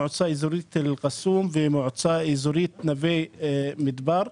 המועצה האזורית אל-קסום והמועצה האזורית נווה מדבר.